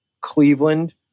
Cleveland